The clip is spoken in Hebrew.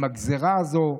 עם הגזרה הזאת,